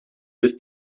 bis